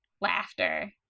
laughter